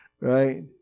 Right